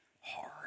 hard